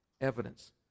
evidence